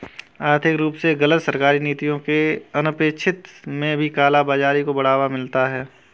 आर्थिक रूप से गलत सरकारी नीतियों के अनपेक्षित में भी काला बाजारी को बढ़ावा मिलता है